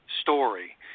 story